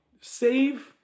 save